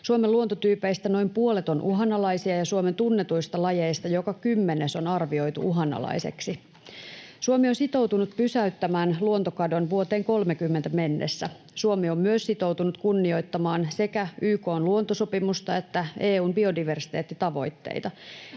Suomen luontotyypeistä noin puolet on uhanalaisia, ja Suomen tunnetuista lajeista joka kymmenes on arvioitu uhanalaiseksi. Suomi on sitoutunut pysäyttämään luontokadon vuoteen 30 mennessä. Suomi on myös sitoutunut kunnioittamaan sekä YK:n luontosopimusta että EU:n biodiversiteettitavoitteita.